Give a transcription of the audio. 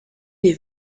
les